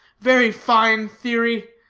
very fine theory,